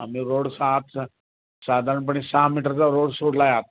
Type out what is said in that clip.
आम्ही रोड सहा स साधारणपणे सहा मीटरचा रोड सोडला आहे आत